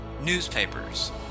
newspapers